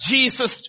Jesus